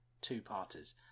two-parters